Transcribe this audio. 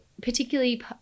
particularly